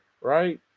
Right